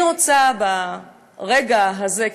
אני רוצה ברגע הזה,